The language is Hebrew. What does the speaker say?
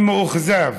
אני מאוכזב,